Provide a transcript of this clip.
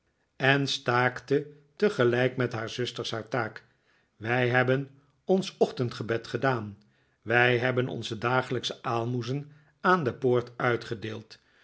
en staakte tegelijk met haar zusters haar taak wij hebben ons ochtendgebed gedaan wij hebben onze dagelijksche aalmoezen aan de poort uitgedeeld